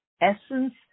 essence